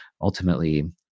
ultimately